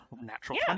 Natural